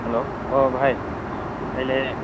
hello ꯑꯣ ꯚꯥꯏ ꯀꯩ ꯂꯩꯔꯦ